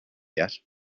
yet